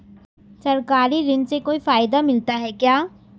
सरकारी ऋण से कोई फायदा मिलता है क्या?